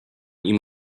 ihm